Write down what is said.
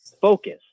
focus